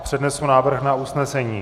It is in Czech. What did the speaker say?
Přednesu návrh na usnesení: